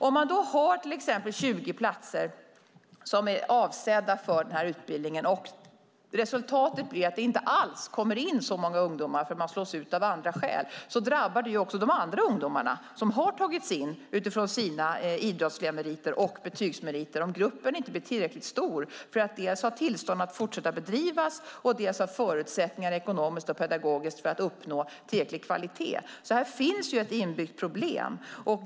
Om det då finns 20 platser som är avsedda för den här utbildningen och resultatet blir att det inte alls kommer in så många ungdomar för att de slås ut av andra skäl drabbar det också de ungdomar som har tagits in utifrån sina idrottsliga meriter och betygsmeriter. Om gruppen inte blir tillräckligt stor finns det risk för att utbildningen inte får fortsätta att bedrivas och det finns kanske inte ekonomiska och pedagogiska förutsättningar att uppnå tillräcklig kvalitet. Här finns ett inbyggt problem.